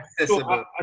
Accessible